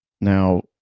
Now